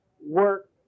work